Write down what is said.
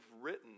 written